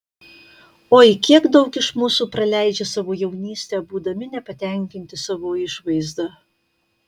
oi kiek daug iš mūsų praleidžia savo jaunystę būdami nepatenkinti savo išvaizda